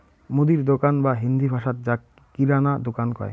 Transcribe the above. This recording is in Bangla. মুদির দোকান বা হিন্দি ভাষাত যাক কিরানা দুকান কয়